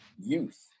youth